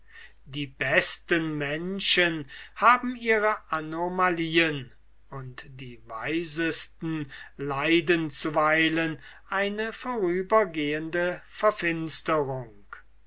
die besten menschen haben ihre anomalien und die weisesten leiden zuweilen eine vorübergehende verfinsterung